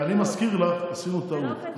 אני מזכיר לך, עשינו טעות.